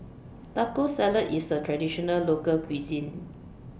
Taco Salad IS A Traditional Local Cuisine